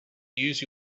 use